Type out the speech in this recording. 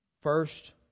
first